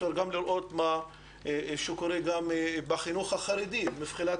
אפשר גם לראות מה שקורה גם בחינוך החרדי מבחינת